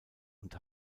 und